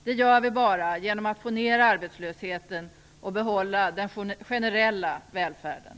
Det gör vi bara genom att få ned arbetslösheten och behålla den generella välfärden.